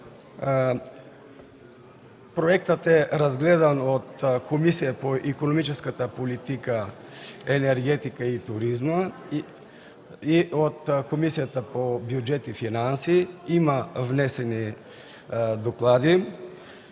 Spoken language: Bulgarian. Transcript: Проектът е разгледан от Комисията по икономическата политика, енергетика и туризъм и от Комисията по бюджет и финанси. Има внесени доклади.